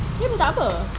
dia minta apa